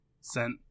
sent